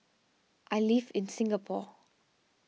I live in Singapore